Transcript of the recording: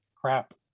crap